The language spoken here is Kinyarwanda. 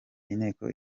inteko